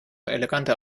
eleganter